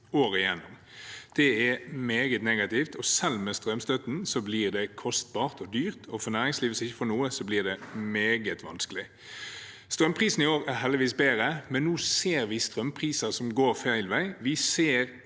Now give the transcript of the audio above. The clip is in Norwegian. året gjennom. Det er meget negativt. Selv med strømstøtten blir det kostbart og dyrt, og for næringslivet, som ikke får noe, blir det meget vanskelig. Strømprisen i år er heldigvis bedre, men nå ser vi strømpriser som går feil vei,